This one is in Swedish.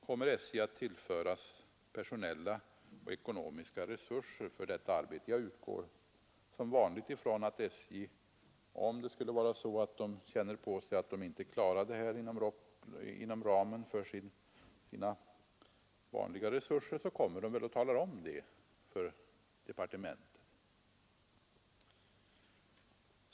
Kommer SJ att tillföras personella och ekonomiska resurser för detta arbete? Jag utgår som vanligt ifrån att SJ, om man känner på sig att man inte klarar det här inom ramen för sina vanliga resurser, talar om det för departementet.